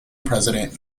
president